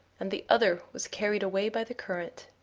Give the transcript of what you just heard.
and the other was carried away by the current.